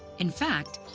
in fact,